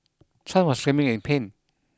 Chan was screaming in pain